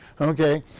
Okay